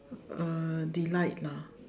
uh delight lah